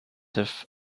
have